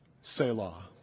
Selah